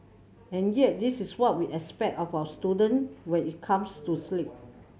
and yet this is what we expect of our student when it comes to sleep